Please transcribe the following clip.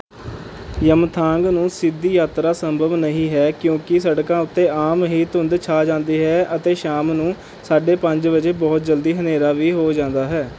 ਯਮਥਾਂਗ ਨੂੰ ਸਿੱਧੀ ਯਾਤਰਾ ਸੰਭਵ ਨਹੀਂ ਹੈ ਕਿਉਂਕਿ ਸੜਕਾਂ ਉੱਤੇ ਆਮ ਹੀ ਧੁੰਦ ਛਾਂ ਜਾਂਦੀ ਹੈ ਅਤੇ ਸ਼ਾਮ ਨੂੰ ਸਾਢੇ ਪੰਜ ਵਜੇ ਬਹੁਤ ਜਲਦੀ ਹਨੇਰਾ ਵੀ ਹੋ ਜਾਂਦਾ ਹੈ